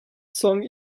song